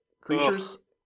creatures